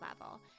level